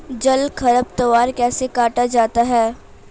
जल खरपतवार कैसे काटा जाता है?